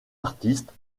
artistes